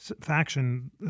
faction